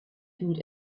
fühlt